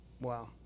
Wow